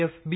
F B